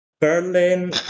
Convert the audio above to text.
Berlin